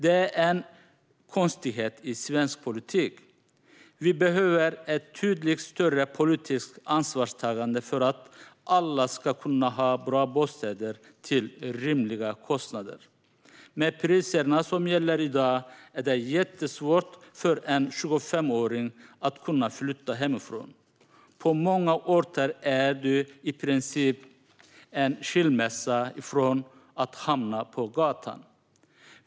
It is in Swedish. Det är en konstighet i svensk politik. Vi behöver ett betydligt större politiskt ansvarstagande för att alla ska kunna ha bra bostäder till rimliga kostnader. Med priserna som gäller i dag är det jättesvårt för en 25-åring att kunna flytta hemifrån. På många orter är du i princip en skilsmässa ifrån att hamna på gatan.